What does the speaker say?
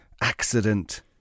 accident